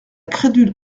crédule